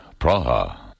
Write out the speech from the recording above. Praha